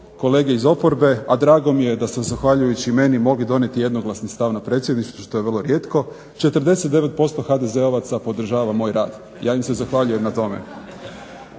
kolege iz oporbe, a drago mi je da ste zahvaljujući meni mogli donijeti jednoglasni stav na Predsjedništvu što je vrlo rijetko 49% HDZ-ovaca podržava moj rad. Ja im se zahvaljujem na tome.